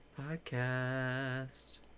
podcast